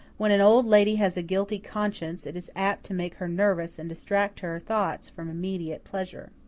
when an old lady has a guilty conscience, it is apt to make her nervous and distract her thoughts from immediate pleasure.